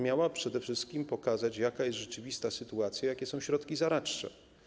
Miała przede wszystkim pokazać, jaka jest rzeczywista sytuacja i jakie są środki zaradcze.